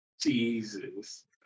Jesus